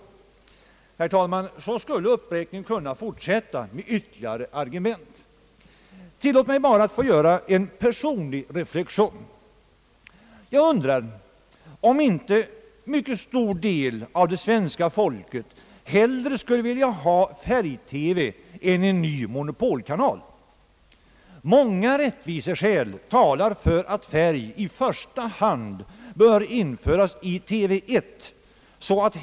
Herr talman! Så skulle uppräkningen kunna fortsätta med ytterligare argument. Tillåt mig bara att göra en personlig reflexion: Jag undrar om inte en mycket stor del av svenska folket hellre skulle vilja ha färg-TV än en ny monopolkanal. Många rättviseskäl talar för att färg i första hand bör införas i TV 1.